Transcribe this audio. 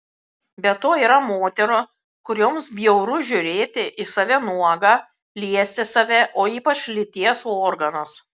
be to yra moterų kurioms bjauru žiūrėti į save nuogą liesti save o ypač lyties organus